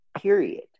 period